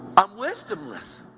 i'm wisdomless.